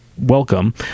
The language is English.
welcome